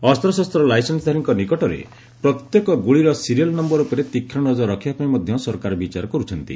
ଅସ୍ପଶସ୍ତ ଲାଇସେନ୍ବଧାରୀଙ୍କ ନିକଟରେ ପ୍ରତ୍ୟେକ ଗୁଳିର ସିରିଏଲ୍ ନମ୍ଭର ଉପରେ ତୀକ୍ଷ୍କ ନକର ରଖିବା ପାଇଁ ମଧ୍ୟ ସରକାର ବିଚାର କରୁଛନ୍ତି